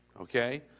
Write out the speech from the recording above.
Okay